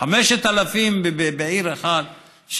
5,000 בעיר אחת,